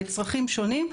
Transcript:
לצרכים שונים,